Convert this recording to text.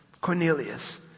Cornelius